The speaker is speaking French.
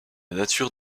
nature